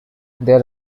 there